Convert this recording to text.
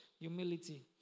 humility